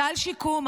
סל שיקום,